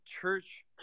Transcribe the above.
church